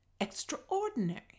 Extraordinary